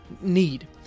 need